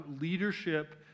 leadership